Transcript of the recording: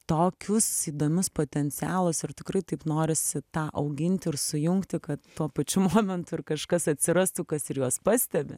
tokius įdomius potencialus ir tikrai taip norisi tą auginti ir sujungti kad tuo pačiu momentu ir kažkas atsirastų kas ir juos pastebi